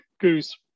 goose